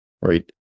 right